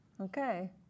Okay